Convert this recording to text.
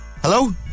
hello